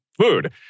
food